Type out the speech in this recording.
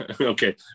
Okay